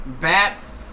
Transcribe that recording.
Bats